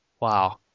Wow